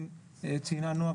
כן ציינה נעה,